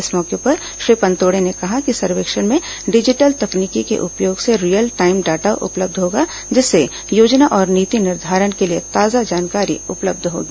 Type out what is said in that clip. इस मौके पर श्री पनतोड़ ने कहा कि ॅ सर्वेक्षण में डिजिटल तकनीक के उपयोग से रियल टाइम डाटा उपलब्ध होगा जिससे योजना और नीति निर्धारण के लिए ताजा जानकारी उपलब्ध होगी